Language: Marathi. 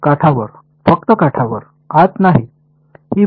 नाही काठावर फक्त काठावर आत नाही